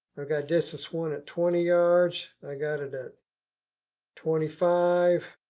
i've got distance one at twenty yards. i got it at twenty five.